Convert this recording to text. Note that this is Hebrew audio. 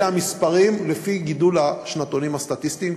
אלה המספרים לפי גידול השנתונים הסטטיסטיים.